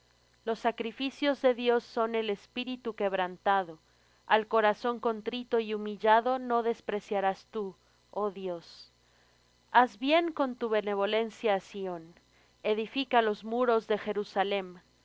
los sacrificios de dios son el espíritu quebrantado al corazón contrito y humillado no despreciarás tú oh dios haz bien con tu benevolencia á sión edifica los muros de jerusalem